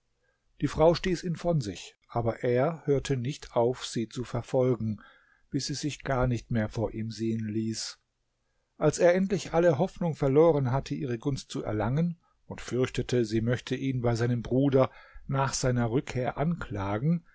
die frau stieß ihn von sich aber er hörte nicht auf sie zu verfolgen bis sie sich gar nicht mehr vor ihm sehen ließ als er endlich alle hoffnung verloren hatte ihre gunst zu erlangen und fürchtete sie möchte ihn bei seinem bruder nach seiner rückkehr anklagen